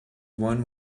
one